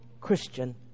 Christian